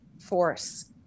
force